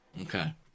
Okay